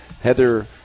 heather